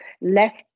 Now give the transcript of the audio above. left